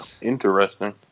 Interesting